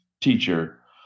teacher